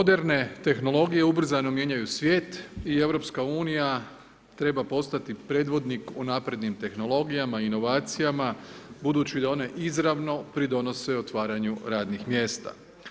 Moderne tehnologije ubrzano mijenjaju svijet i EU treba postati prethodnih u naprednim tehnologijama i inovacijama, budući da one izravno pridonose otvaranje radnih mjesta.